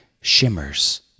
shimmers